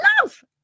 love